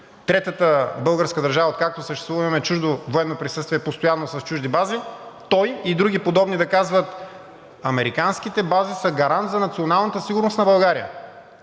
Третата българска държава, откакто съществува, имаме чуждо военно присъствие, постоянно, с чужди бази, той и други подобни да казват: „Американските бази са гарант за националната сигурност на България“